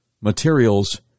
materials